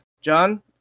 John